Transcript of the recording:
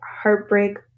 heartbreak